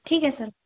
ठीक है सर